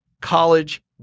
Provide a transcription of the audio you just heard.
college